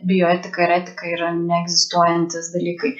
bioetika ir etika yra neegzistuojantys dalykai